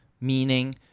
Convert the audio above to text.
meaning